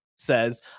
says